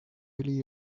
really